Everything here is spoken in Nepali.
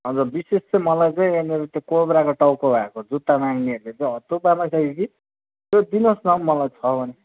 हजुर विशेष चाहिँ मलाई चाहिँ त्यो कोब्राको टाउको भएको जुत्ता माग्नेहरूले चाहिँ हत्तु पार्दैछन् कि त्यो दिनुहोस् न मलाई छ भने